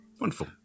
Wonderful